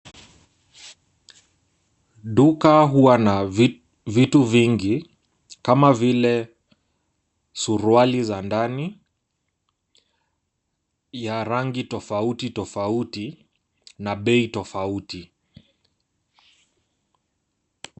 Duka huwa na vi vitu vingi kama vile suruali za ndani ya rangi tofauti tofauti na bei tofauti .